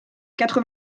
quatre